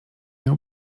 miał